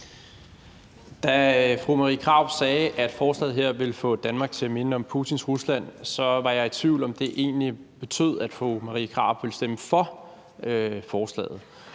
Da fru Marie Krarup sagde, at forslaget her ville få Danmark til at minde om Putins Rusland, var jeg i tvivl, om det egentlig betød, at fru Marie Krarup ville stemme for forslaget.